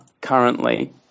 currently